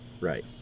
right